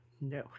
No